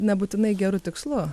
nebūtinai geru tikslu